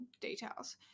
details